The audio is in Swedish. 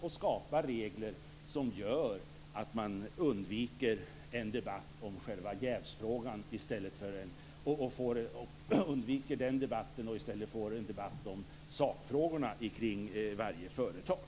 Regler skall skapas för att undvika en debatt om själva jävsfrågan, så att det i stället kan bli en debatt om sakfrågorna i varje företag.